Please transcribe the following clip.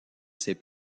ces